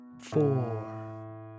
four